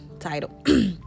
Title